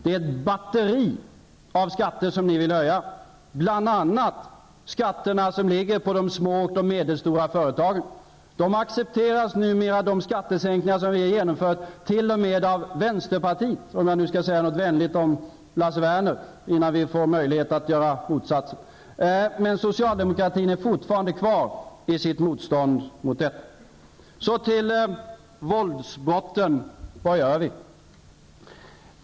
Det är ett batteri av skatter som ni vill höja, bl.a. de skatter som ligger på de små och medelstora företagen. De skattesänkningar vi har genomfört accepteras numera t.o.m. av vänsterpartiet, för att nu säga något vänligt om Lars Werner innan vi får möjlighet att göra motsatsen. Men socialdemokraterna är fortfarande kvar i sitt motstånd mot detta. Så till våldsbrotten. Vad gör vi?